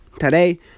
today